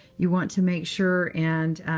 you want to make sure and